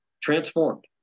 transformed